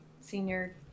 senior